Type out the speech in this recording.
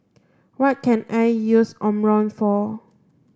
what can I use Omron for